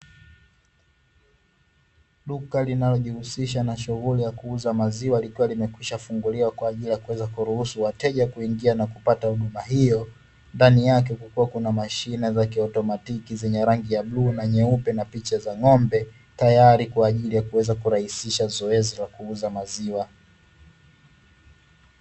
Duka linalojihusisha na shughuli ya kuuza maziwa likiwa limekwisha funguliwa kwa ajili ya kuweza kuruhusu wateja kuingia na kupata huduma hiyo. Ndani yake kukiwa kuna mashine za kiautomatiki yenye rangi ya bluu na nyeupe na picha za ng'ombe, tayari kwa ajili ya kurahisisha zoezi la kuuza maziwa.